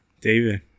david